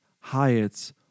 hyatt's